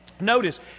Notice